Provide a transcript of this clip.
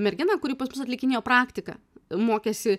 merginą kuri pas mus atlikinėjo praktiką mokėsi